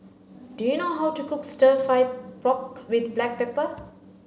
do you know how to cook stir fry pork with black pepper